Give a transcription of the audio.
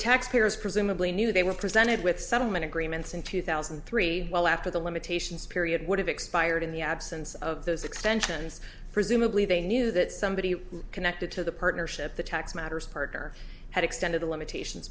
taxpayers presumably knew they were presented with settlement agreements in two thousand and three well after the limitations period would have expired in the absence of those extensions presumably they knew that somebody connected to the partnership the tax matters partner had extended the limitations